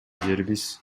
жерибиз